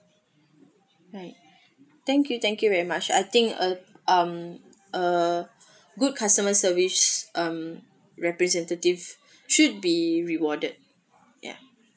right thank you thank you very much I think uh um uh good customer service mm representative should be rewarded yeah